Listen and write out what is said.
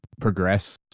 progress